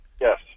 Yes